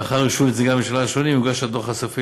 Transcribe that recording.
לאחר אישור נציגי הממשלה השונים יוגש הדוח הסופי